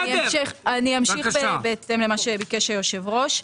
אני אמשיך בהתאם למה שביקש היושב ראש.